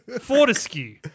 Fortescue